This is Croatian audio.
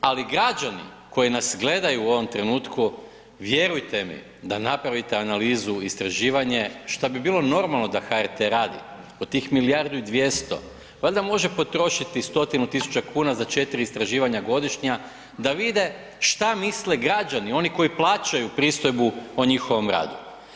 Ali građani koji nas gledaju u ovom trenutku vjerujte mi da napravite analizu istraživanja što bi bilo normalno da HRT-e radi od tih milijardu i 200 valjda može potrošiti 100.000 kuna za četiri istraživanja godišnja da vide šta misle građani oni koji plaćaju pristojbu o njihovom radu.